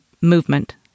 movement